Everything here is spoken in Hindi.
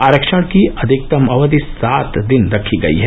आरक्षण की अधिकतम अवधि सात दिन रखी गयी है